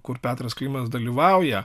kur petras klimas dalyvauja